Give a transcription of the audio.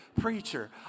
preacher